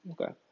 Okay